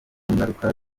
ngaruka